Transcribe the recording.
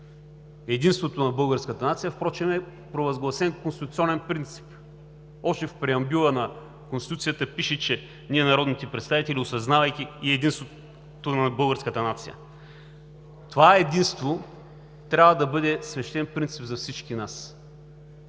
„Единството на българската нация“ е провъзгласен конституционен принцип. Още в преамбюла на Конституцията пише, че ние, народните представители, осъзнавайки единството на българската нация... Това единство трябва да бъде свещен принцип за всички нас.